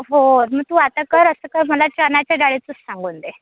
हो मग तू आता कर असं कर मला चण्याच्या डाळीचंच सांगून दे